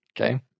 Okay